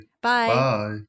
Bye